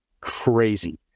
crazy